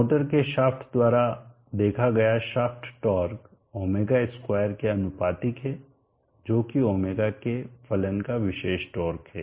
motor के shaft द्वारा देखा गया शाफ्ट टार्क ω2 के आनुपातिक है जो कि ω के फलन का विशेष टार्क है